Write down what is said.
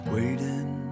Waiting